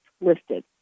listed